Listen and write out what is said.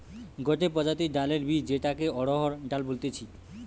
গটে প্রজাতির ডালের বীজ যেটাকে অড়হর ডাল বলতিছে